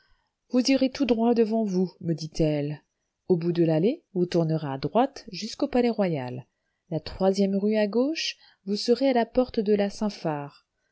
vous irez tout droit devant vous me dit-elle au bout de l'allée vous tournerez à droite jusqu'au palais-royal la troisième rue à gauche vous serez à la porte de la